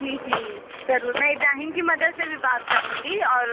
جی جی ضرور میں ابراہیم کی مدر سے بھی بات کروں گی اور